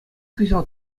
кӑҫал